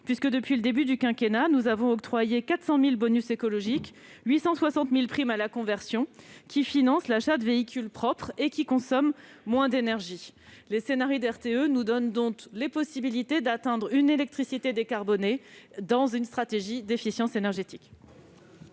octroyé, depuis le début du quinquennat, 400 000 bonus écologiques et 860 000 primes à la conversion finançant l'achat de véhicules propres et moins consommateurs. Les scenarii de RTE nous donnent donc la possibilité d'atteindre une électricité décarbonée dans une stratégie d'efficience énergétique.